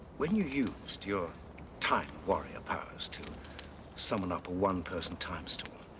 when you used your time warrior powers to summon up a one-person time storm.